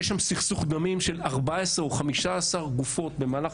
יש שם סכסוך דמים של 14 או 15 גופות במהלך